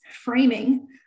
framing